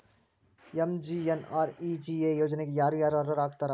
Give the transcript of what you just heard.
MGNREGA ಯೋಜನೆಗೆ ಯಾರ ಯಾರು ಅರ್ಹರು ಆಗ್ತಾರ?